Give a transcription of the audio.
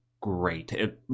great